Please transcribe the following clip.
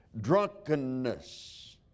drunkenness